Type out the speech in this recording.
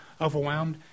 overwhelmed